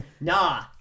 Nah